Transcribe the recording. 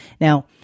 Now